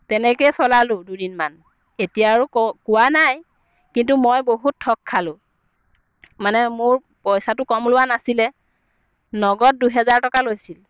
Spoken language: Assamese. তেনেকেই চলালোঁ দুদিনমান এতিয়া আৰু ক কোৱা নাই কিন্তু মই বহুত ঠগ খালোঁ মানে মোৰ পইচাটো কম লোৱা নাছিলে নগদ দুহেজাৰ টকা লৈছিল